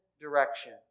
direction